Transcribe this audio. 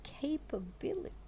capability